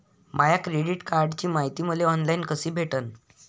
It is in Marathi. माया क्रेडिट कार्डची मायती मले ऑनलाईन कसी भेटन?